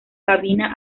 cabina